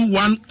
one